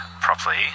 properly